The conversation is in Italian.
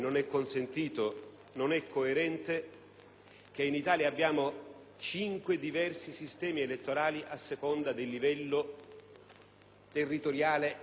che in Italia si abbia cinque diversi sistemi elettorali a seconda del livello territoriale con cui si procede alle elezioni.